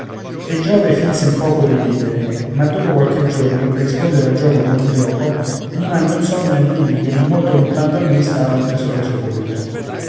e giove finse un poco di ridere ma dopo qualche giorno per rispondere al gioco con un gioco gli manda un sogno a dirgli che non molto lontan da lui stava un tesor sepolto